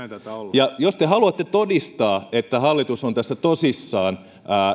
ja jos te haluatte todistaa että hallitus on tässä tosissaan